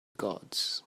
gods